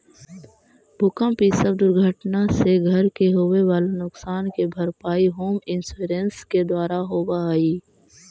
भूकंप इ सब दुर्घटना से घर के होवे वाला नुकसान के भरपाई होम इंश्योरेंस के द्वारा होवऽ हई